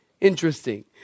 Interesting